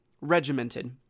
regimented